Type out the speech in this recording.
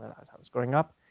as i was growing up,